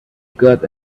got